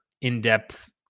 in-depth